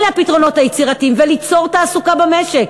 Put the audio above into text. אלה הפתרונות היצירתיים, וליצור תעסוקה במשק.